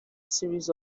series